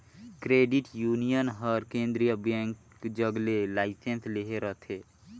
credit union हर केंद्रीय bank जग ले लाइसेंस लेहे रहथे